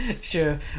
Sure